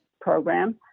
program